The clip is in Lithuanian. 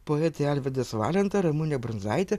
poetai alvydas valenta ramunė brundzaitė